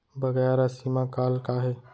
बकाया राशि मा कॉल का हे?